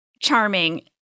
charming